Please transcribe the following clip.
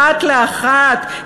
אחת לאחת,